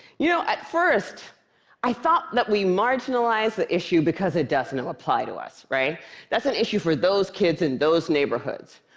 you know, at first i thought that we marginalized the issue because it doesn't apply to us. that's an issue for those kids in those neighborhoods.